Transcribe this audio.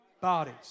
bodies